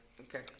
Okay